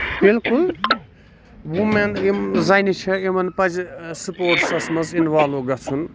بِلکُل وُمینز یِم زَنہِ چھےٚ یِمن پَزِ سپوٹسس منٛز اِنوالو گژھُن